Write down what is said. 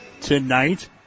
tonight